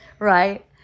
right